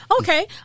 Okay